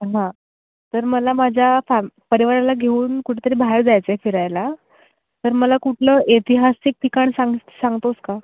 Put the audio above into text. हां तर मला माझ्या फॅ परिवाराला घेऊन कुठे तरी बाहेर जायचं आहे फिरायला तर मला कुठलं ऐतिहासिक ठिकाण स सांगतोस का